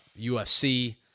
UFC